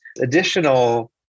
additional